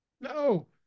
No